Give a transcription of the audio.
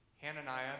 Hananiah